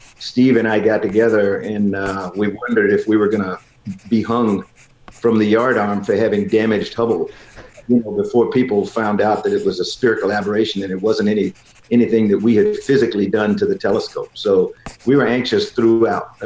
steve and i got together and we wondered if we were gonna be hung from the yardarm for having damaged hubble before people found out that it was a spirit collaboration, that it wasn't any anything that we had physically done to the telescope. so we were anxious throughout.